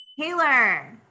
Taylor